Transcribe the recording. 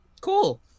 Cool